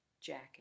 jacket